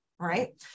right